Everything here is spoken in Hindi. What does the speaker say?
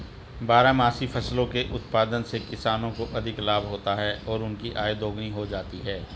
बारहमासी फसलों के उत्पादन से किसानों को अधिक लाभ होता है और उनकी आय दोगुनी हो जाती है